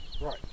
Right